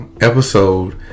episode